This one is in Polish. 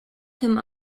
tym